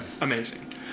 amazing